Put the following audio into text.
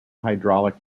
hydraulic